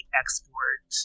export